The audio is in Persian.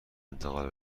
انتقال